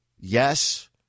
yes